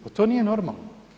Pa to nije normalno.